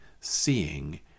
seeing